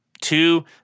Two